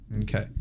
Okay